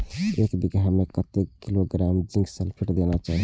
एक बिघा में कतेक किलोग्राम जिंक सल्फेट देना चाही?